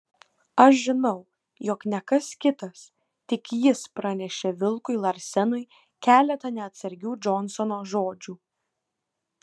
aš žinau jog ne kas kitas tik jis pranešė vilkui larsenui keletą neatsargių džonsono žodžių